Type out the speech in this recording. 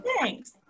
Thanks